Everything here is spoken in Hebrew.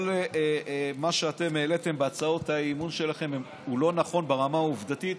כל מה שאתם העליתם בהצעות האי-אמון שלכם הוא לא נכון ברמה העובדתית,